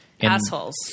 Assholes